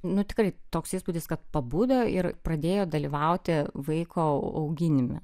nu tikrai toks įspūdis kad pabudo ir pradėjo dalyvauti vaiko auginime